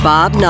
Bob